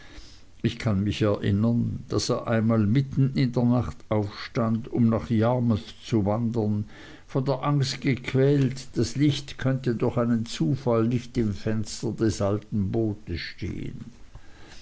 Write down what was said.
ich kann mich erinnern daß er einmal mitten in der nacht aufstand um nach yarmouth zu wandern von der ahnung gequält das licht könnte durch einen zufall nicht im fenster des alten bootes stehen